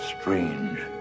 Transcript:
strange